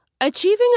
Achieving